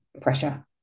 pressure